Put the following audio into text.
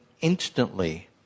instantly